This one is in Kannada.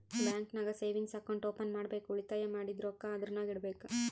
ಬ್ಯಾಂಕ್ ನಾಗ್ ಸೇವಿಂಗ್ಸ್ ಅಕೌಂಟ್ ಓಪನ್ ಮಾಡ್ಬೇಕ ಉಳಿತಾಯ ಮಾಡಿದ್ದು ರೊಕ್ಕಾ ಅದುರ್ನಾಗ್ ಇಡಬೇಕ್